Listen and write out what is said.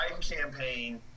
campaign